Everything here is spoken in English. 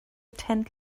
tent